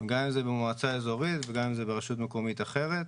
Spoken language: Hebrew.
גם אם זה במועצה אזורית וגם אם זה ברשות מקומית אחרת,